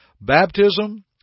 Baptism